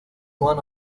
one